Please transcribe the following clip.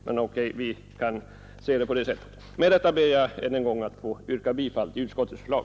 Men låt gå för att man kan se frågan också på det andra sättet. Med det anförda ber jag än en gång att få yrka bifall till utskottets förslag.